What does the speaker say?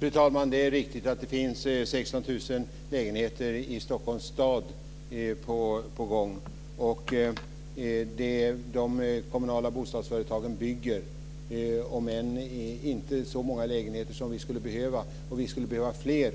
Fru talman! Det är riktigt att 16 000 lägenheter är på gång i Stockholms stad. De kommunala bostadsföretagen bygger, om än inte så många lägenheter som vi skulle behöva. Vi skulle behöva fler